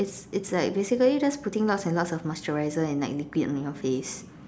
it's it's like basically just putting lots and lots of moisturizer and like liquid onto your face